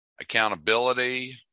accountability